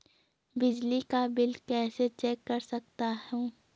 बिजली का बिल कैसे चेक कर सकता हूँ?